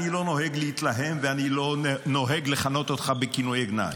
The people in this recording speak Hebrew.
אני לא נוהג להתלהם ואני לא נוהג לכנות אותך בכינויי גנאי,